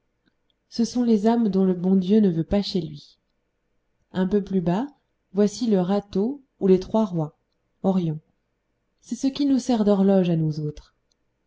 ce sont les âmes dont le bon dieu ne veut pas chez lui un peu plus bas voici le râteau ou les trois rois orion c'est ce qui nous sert d'horloge à nous autres